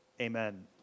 Amen